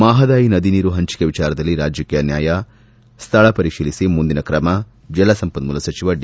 ಮಹದಾಯಿ ನದಿ ನೀರು ಹಂಚಿಕೆ ವಿಚಾರದಲ್ಲಿ ರಾಜ್ಯಕ್ಷೆ ಅನ್ನಾಯ ಸ್ನಳ ಪರಿಶೀಲಿಸಿ ಮುಂದಿನ ಕ್ರಮ ಜಲಸಂಪನ್ಯೂಲ ಸಚಿವ ಡಿ